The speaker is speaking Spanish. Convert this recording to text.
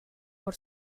por